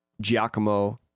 Giacomo